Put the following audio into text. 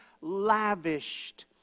lavished